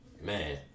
Man